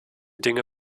dinge